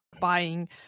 buying